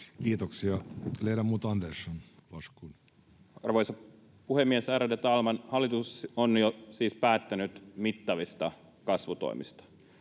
Kiitoksia. — Ledamot Andersson, varsågod. Arvoisa puhemies, ärade talman! Hallitus on jo siis päättänyt mittavista kasvutoimista: